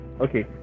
Okay